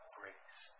grace